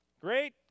Great